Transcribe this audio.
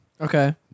Okay